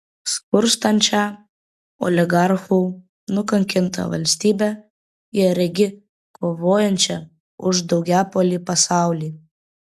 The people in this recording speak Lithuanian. skurstančią oligarchų nukankintą valstybę jie regi kovojančią už daugiapolį pasaulį